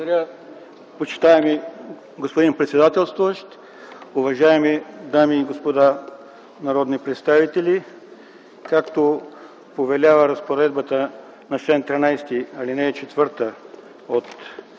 почитаеми господин председател. Уважаеми дами и господа народни представители, както повелява разпоредбата на чл. 13, ал. 4 от